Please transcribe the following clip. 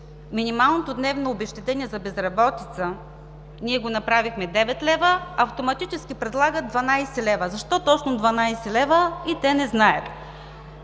минималното дневно обезщетение за безработица ние го направихме 9 лв., автоматически предлагат 12 лв. Защо точно 12 лв.? И те не знаят.